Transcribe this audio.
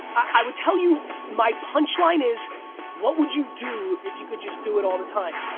i would tell you my punchline is what would you do if you could just do it all the time.